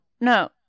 No